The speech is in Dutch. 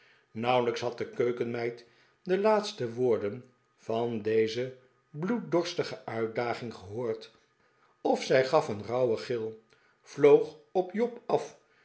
nauwelijks had de keukenmeid de laatste woorden van deze bloeddorstige uitdaging gehoord of zij gaf een rauwen gil vloog op job af